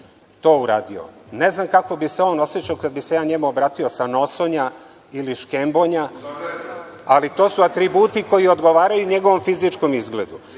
to uradio. Ne znam kako bi se on osećao kada bi se ja njemu obratio sa „nosonja“ ili „škembonja“, ali to su atributi koji odgovaraju njegovom fizičkom